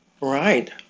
Right